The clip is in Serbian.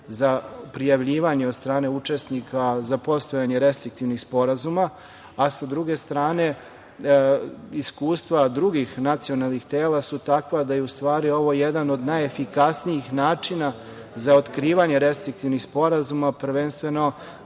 za prijavljivanje od strane učesnika za postojanje restriktivnih sporazuma. Sa druge strane, iskustva drugih nacionalnih tela su takva da je u stvari ovo jedan od najefikasnijih načina za otkrivanje restriktivnih sporazuma, prvenstveno